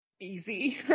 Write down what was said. easy